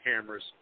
cameras